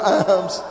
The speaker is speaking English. arms